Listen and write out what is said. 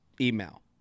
email